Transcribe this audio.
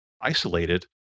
isolated